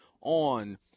on